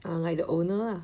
ah like the owner lah